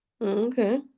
Okay